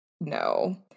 No